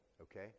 okay